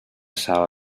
sala